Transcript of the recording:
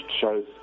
shows